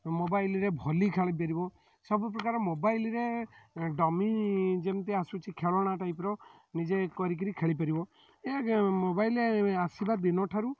ମୋବାଇଲ୍ରେ ଭଲି ଖେଳିପାରିବ ସବୁ ପ୍ରକାର ମୋବାଇଲ୍ରେ ଡମି ଯେମିତି ଆସୁଛି ଖେଳଣା ଟାଇପ୍ର ନିଜେ କରି କରି ଖେଳି ପାରିବ ଏ ମୋବାଇଲ୍ ଏ ଆସିବା ଦିନଠାରୁ